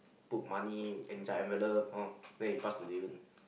put money inside envelope all then he pass to Davon